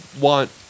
want